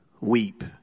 weep